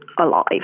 alive